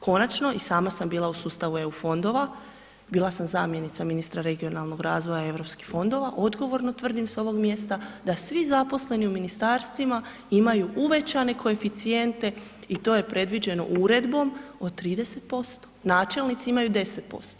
Konačno i sama sam bila u sustavu EU fondova bila sam zamjenica ministra regionalnog razvoja i europskih fondova, odgovorno tvrdim s ovog mjesta da svi zaposleni u ministarstvima imaju uvećane koeficijente i to je predviđenom uredbom od 30%, načelnici imaju 10%